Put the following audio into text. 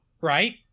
right